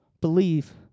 believe